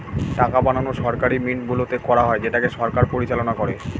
টাকা বানানো সরকারি মিন্টগুলোতে করা হয় যেটাকে সরকার পরিচালনা করে